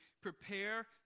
prepare